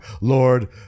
Lord